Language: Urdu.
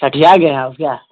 سٹھیا گئے ہیں آپ کیا